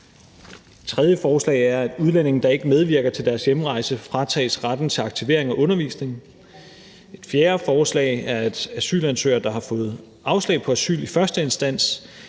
foreslås det, at udlændinge, der ikke medvirker til deres hjemrejse, fratages retten til aktivering og undervisning. Derudover foreslås det, at asylansøgere, der har fået afslag på asyl i første indsats,